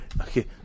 Okay